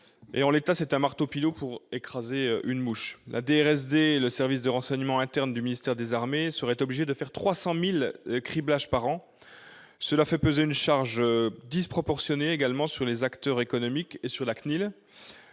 en l'état, c'est un marteau pilon pour écraser une mouche la DRS dès et le service de renseignement interne du ministère des Armées seraient obligés de faire 300000 le criblage par an, cela fait peser une charge disproportionnée également sur les acteurs économiques et sur la CNIL,